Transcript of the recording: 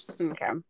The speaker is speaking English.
Okay